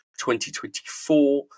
2024